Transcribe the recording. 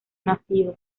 nacido